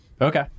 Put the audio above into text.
Okay